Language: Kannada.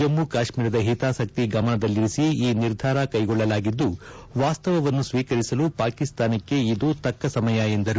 ಜಮ್ಮ ಕಾಶ್ಮೀರದ ಹಿತಾಸಕ್ತಿ ಗಮನದಲ್ಲಿರಿಸಿ ಈ ನಿರ್ಧಾರ ಕೈಗೊಳ್ಳಲಾಗಿದ್ದು ವಾಸ್ತವವನ್ನು ಸ್ವೀಕರಿಸಲು ಪಾಕಿಸ್ತಾನಕ್ಕೆ ಇದು ತಕ್ಕ ಸಮಯ ಎಂದರು